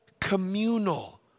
communal